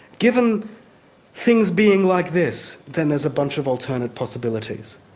given things being like this, then there's a bunch of alternate possibilities,